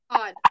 God